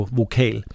vokal